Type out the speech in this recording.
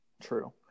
True